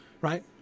right